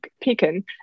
pecan